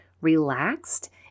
relaxed